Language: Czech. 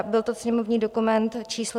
Byl to sněmovní dokument číslo 397.